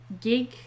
gig